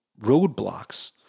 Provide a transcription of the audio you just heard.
roadblocks